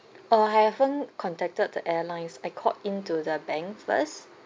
uh I haven't contacted the airlines I called in to the bank first